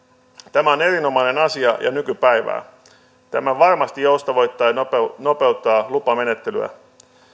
tämä on erinomainen asia ja nykypäivää tämä varmasti joustavoittaa ja nopeuttaa lupamenettelyä